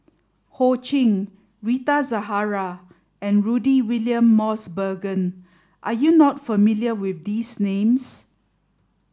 Ho Ching Rita Zahara and Rudy William Mosbergen are you not familiar with these names